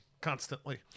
constantly